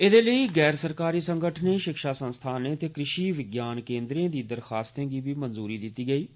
एहदे लेई गैर सरकारी संगठने शिक्षा संस्थाने ते कृषि विज्ञान केन्द्रे दी दरखास्ते गी बी मंजूरी दिती गेई ऐ